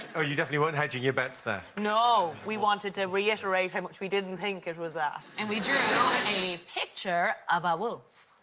oh, you definitely weren't hedging your bets there. no! we wanted to reiterate how much we didn't think it was that. and we drew a picture of a wolf.